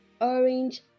orange